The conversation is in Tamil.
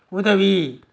உதவி